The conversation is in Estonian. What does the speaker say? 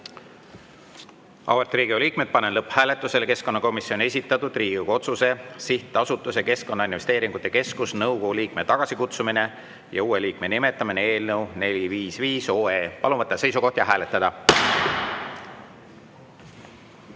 Riigikogu liikmed, panen lõpphääletusele keskkonnakomisjoni esitatud Riigikogu otsuse "Sihtasutuse Keskkonnainvesteeringute Keskus nõukogu liikme tagasikutsumine ja uue liikme nimetamine" eelnõu 455. Palun võtta seisukoht ja hääletada!